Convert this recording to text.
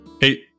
Hey